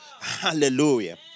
Hallelujah